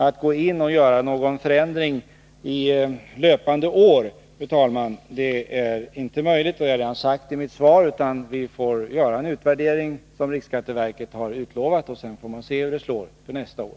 Att gå in och göra några förändringar under löpande år, fru talman, är inte möjligt — det har jag redan sagt i mitt svar — utan riksskatteverket får göra den utvärdering som har utlovats, och sedan får man se till nästa år hur det slår.